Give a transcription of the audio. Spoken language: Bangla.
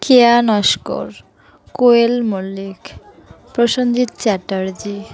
কেয়া নস্কর কোয়েল মল্লিক প্রসেঞ্জিত চ্যাটার্জী